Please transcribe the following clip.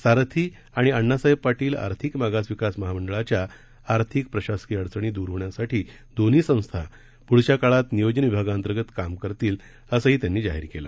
सारथी व अण्णासाहेब पाटील आर्थिक मागास विकास महामंडळाच्या आर्थिक प्रशासकीय अडचणी दूर होण्यासाठी दोन्ही संस्था पुढच्या काळात नियोजन विभागांतर्गत काम करतील असंही त्यांनी जाहीर केलं